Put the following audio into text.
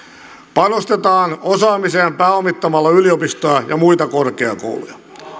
panostetaan osaamiseen pääomittamalla yliopistoja ja muita korkeakouluja